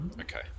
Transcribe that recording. Okay